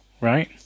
Right